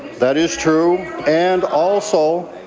that is true. and also,